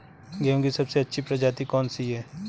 गेहूँ की सबसे अच्छी प्रजाति कौन सी है?